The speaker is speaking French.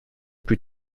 plus